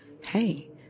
hey